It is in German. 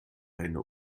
eine